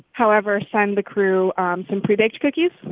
however, send the crew um some prebaked cookies.